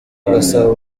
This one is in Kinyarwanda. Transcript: gasabo